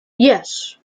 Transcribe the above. yes